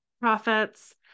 profits